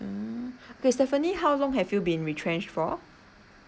ah okay Stephanie how long have you been retrenched for